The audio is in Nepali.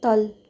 तल